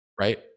right